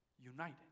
united